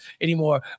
anymore